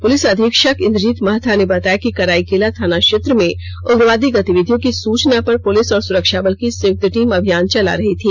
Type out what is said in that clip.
police अधीक्षक इंद्रजीत माहथा ने बताया कि कराईकेला थाना क्षेत्र में उग्रवादी गतिविधियों की सूचना पर पुलिस और सुरक्षा बल की संयुक्त टीम अभियान चला रही थी